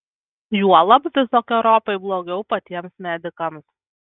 juolab visokeriopai blogiau patiems medikams